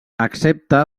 accepta